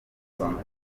santos